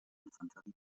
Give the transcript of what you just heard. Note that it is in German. infanterie